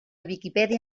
viquipèdia